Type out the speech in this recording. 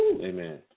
Amen